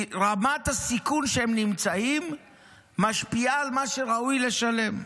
כי רמת הסיכון שהם נמצאים בה משפיעה על מה שראוי לשלם.